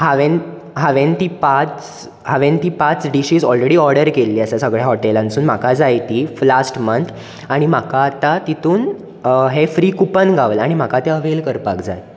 हांवेन हांवेन ती पांच हावेन ती पांच डिशीज ऑलरॅडी ऑर्डर केल्ली आसा सगळ्या हॉटेलानसून म्हाका जाय ती फ्लास्ट मन्थ आनी म्हाका आतां तितूंत हें फ्री कुपन गावलां आणी म्हाका तें अवेल करपाक जाय